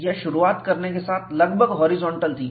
यह शुरुआत करने के साथ यह लगभग हॉरिजॉन्टल थी